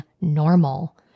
normal